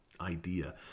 idea